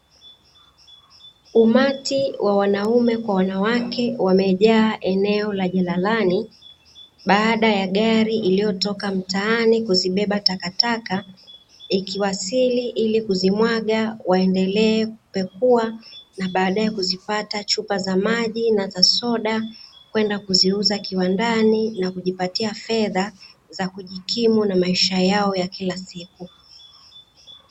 Umati wa wanaume kwa wanawake, wamejaa eneo la jalalani baada ya gari iliyotoka mtaani kuzibeba takataka; ikiwasili ili kuzimwaga waendelee kupekua, na baadae kuzipata chupa za maji na za soda kwenda kuziuza kiwandani na kujipatia fedha za kujikimu na maisha yao ya kila siku.